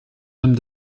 hommes